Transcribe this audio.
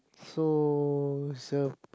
so is a